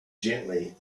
gently